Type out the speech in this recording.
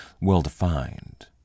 well-defined